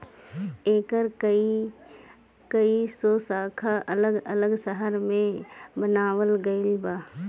एकर कई गो शाखा अलग अलग शहर में बनावल गईल बा